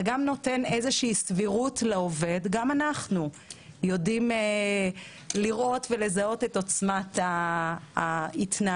זה נותן סבירות לעובד וגם אנחנו יודעים לזהות את עוצמת ההתנהלות,